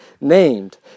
named